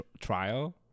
trial